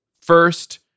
First